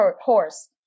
horse